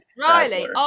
Riley